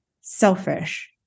selfish